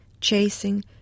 chasing